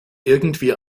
irgendwie